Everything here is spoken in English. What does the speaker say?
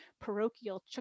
parochial